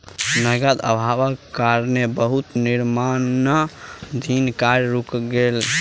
नकद अभावक कारणें बहुत निर्माणाधीन काज रुइक गेलै